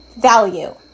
value